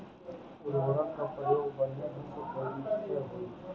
उर्वरक क प्रयोग बढ़िया ढंग से कईसे होई?